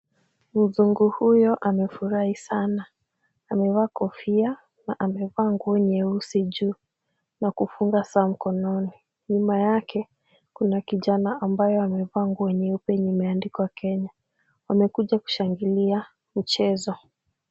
Mzungu huyo amefurahi sana. Amevaa kofia na amevaa nguo nyeusi juu na kufunga saa mkononi. Nyuma yake kuna kijana ambayo amevaa nguo nyeupe yenye imeandikwa Kenya. Wamekuja kushangilia mchezo.